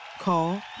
Call